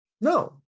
no